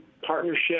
Partnership